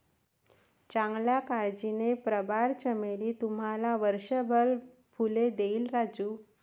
चांगल्या काळजीने, प्रवाळ चमेली तुम्हाला वर्षभर फुले देईल राजू